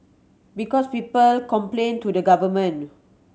because people complain to the government